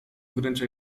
wręcza